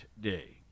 Day